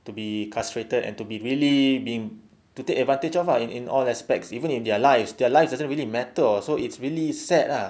to be castrated and to be really being to take advantage of ah in all aspects even in their lives their lives doesn't really matter [tau] so it's really sad ah